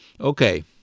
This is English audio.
okay